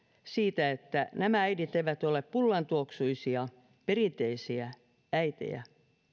siitä että nämä äidit eivät ole pullantuoksuisia perinteisiä äitejä